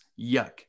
yuck